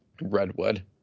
Redwood